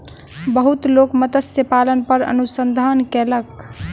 बहुत लोक मत्स्य पालन पर अनुसंधान कयलक